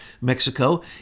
Mexico